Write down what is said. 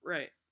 Right